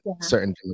certain